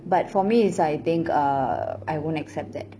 but for me is I think err I won't accept that